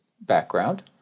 background